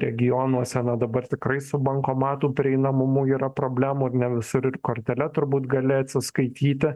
regionuose na dabar tikrai su bankomatų prieinamumu yra problemų ir ne visur ir kortele turbūt gali atsiskaityti